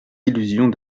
illusions